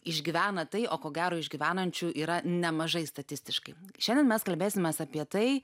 išgyvena tai o ko gero išgyvenančių yra nemažai statistiškai šiandien mes kalbėsimės apie tai